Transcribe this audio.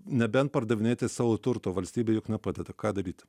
nebent pardavinėti savo turto valstybė juk nepadeda ką daryti